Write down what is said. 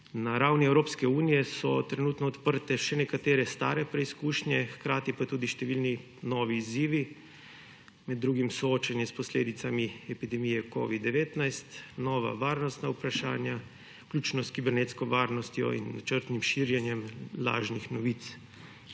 Na ravni Evropske unije so trenutno odprte še nekatere stare preizkušnje, hkrati pa tudi številni novi izzivi, med drugim soočenje s posledicami epidemije covida-19, nova varnostna vprašanja, vključno s kibernetsko varnostjo in načrtnim širjenjem lažnih novic